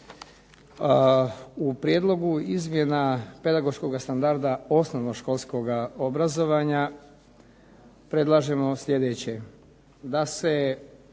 U prijedlogu izmjena pedagoškoga standarda osnovnoškolskoga obrazovanja predlažemo sljedeće,